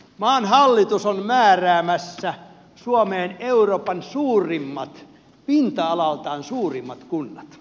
maan hallitus on määräämässä suomeen euroopan pinta alaltaan suurimmat kunnat